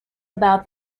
about